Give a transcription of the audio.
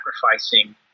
sacrificing